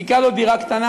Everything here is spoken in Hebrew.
מספיקה לו דירה קטנה.